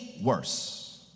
worse